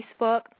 Facebook